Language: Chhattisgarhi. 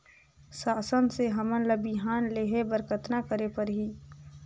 शासन से हमन ला बिहान लेहे बर कतना करे परही?